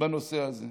בנושא הזה.